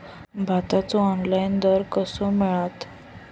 भाताचो ऑनलाइन दर कसो मिळात?